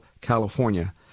California